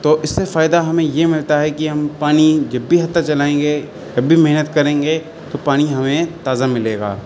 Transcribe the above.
تو اس سے فائدہ ہمیں یہ ملتا ہے کہ ہم پانی جب بھی ہتا چلائیں گے جب بھی محنت کریں گے تو پانی ہمیں تازہ ملے گا